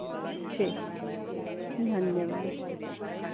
ठीक धन्यवाद